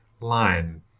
line